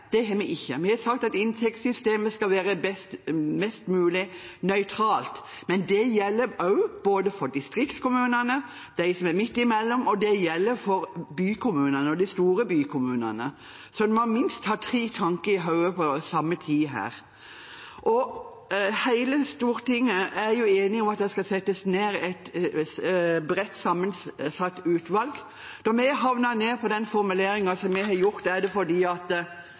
vi ikke gjort. Vi har sagt at inntektssystemet skal være mest mulig nøytralt, men det gjelder for både distriktskommunene, de som er midt imellom, bykommunene og de store bykommunene. Så man må ha minst tre tanker i hodet på samme tid her. Hele Stortinget er enig om at det skal settes ned et bredt sammensatt utvalg. Når vi falt ned på den formuleringen som vi gjorde, er det fordi vi vil la utvalget jobbe uten at